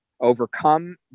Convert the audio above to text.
overcome